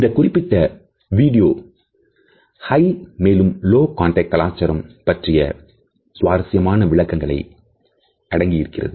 இந்த குறிப்பிட்ட video high மேலும் லோ கான்டக்ட் கலாச்சாரம் பற்றிய சுவாரசியமான விளக்கங்கள் அடங்கியிருக்கின்றன